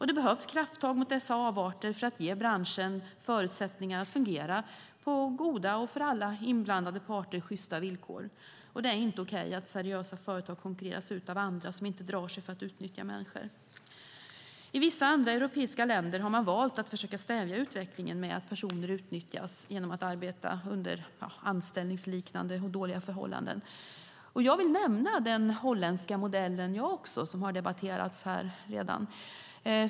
Det behövs krafttag mot dessa avarter, för att ge branschen förutsättningar att fungera på goda och för alla inblandade parter, sjysta villkor. Det är inte okej att seriösa företag konkurreras ut av andra som inte drar sig för att utnyttja människor. I vissa andra europeiska länder har man valt att försöka stävja utvecklingen med att personer utnyttjas genom att arbeta under anställningsliknande, dåliga förhållanden. Jag också vill nämna den holländska modellen, som har debatterats här redan.